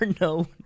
no